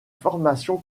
formation